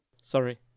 sorry